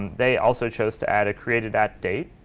they also chose to add a createdat date.